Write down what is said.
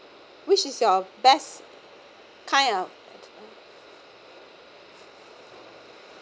which is your best kind of